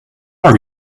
are